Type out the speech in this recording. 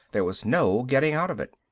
there was no getting out of it.